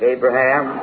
Abraham